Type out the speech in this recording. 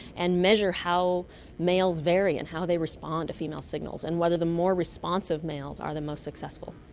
and measure how males vary and how they respond to female signals and whether the more responsive males are the most successful.